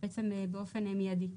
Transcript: באופן מיידי.